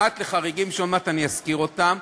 פרט לחריגים שעוד מעט אזכיר אותם,